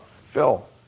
Phil